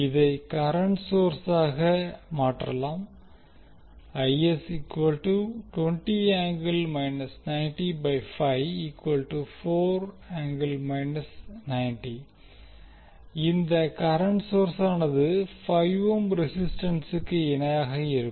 இதை கரண்ட் சோர்ஸாக மாற்றலாம் இந்த கரண்ட் சோர்ஸானது 5 ஓம் ரெசிஸ்டன்சுக்கு இணையாக இருக்கும்